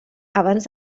abans